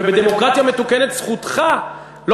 ובדמוקרטיה מתוקנת זכותך,